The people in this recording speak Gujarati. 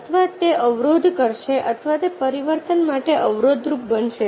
અથવા તે અવરોધ કરશે અથવા તે પરિવર્તન માટે અવરોધરૂપ બનશે